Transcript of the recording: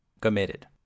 committed